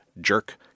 jerk